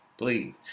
please